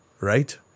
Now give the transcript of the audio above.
right